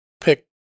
pick